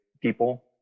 people